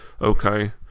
okay